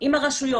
עם הרשויות.